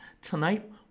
tonight